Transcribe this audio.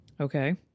Okay